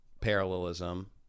parallelism